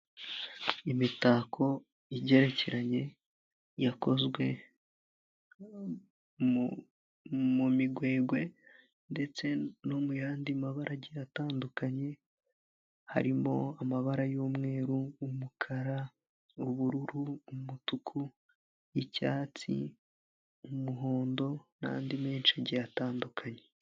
Imitako igerekeranye yakozwe mu migwegwe ndetse no mu yandi mabara agiye atandukanye harimo amabara y'umweru, umukara, ubururu, umutuku, icyatsi, umuhondo n'andi menshi igihe atandukanye.